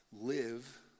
live